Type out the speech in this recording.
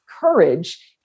courage